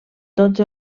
tots